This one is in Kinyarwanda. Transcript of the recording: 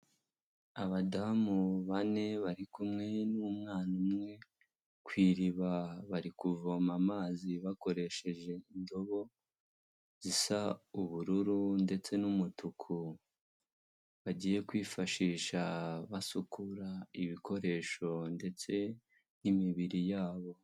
Abadamu bane bari kumwe n'umwana umwe ku iriba bari kuvoma amazi bakoresheje indobo zisa ubururu ndetse n'umutuku, bagiye kwifashisha basukura ibikoresho ndetse n'imibiri yabo.